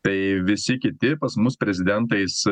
tai visi kiti pas mus prezidentais